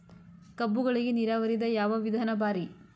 ಕಬ್ಬುಗಳಿಗಿ ನೀರಾವರಿದ ಯಾವ ವಿಧಾನ ಭಾರಿ?